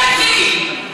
תתביישי.